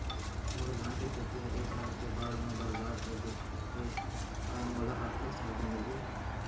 मोर धान के खेती ह ए साल के बाढ़ म बरबाद हो गे हे का मोला आर्थिक सहायता मिलही?